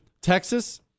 Texas